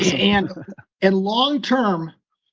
and and long-term,